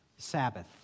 Sabbath